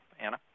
Anna